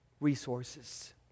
resources